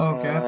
Okay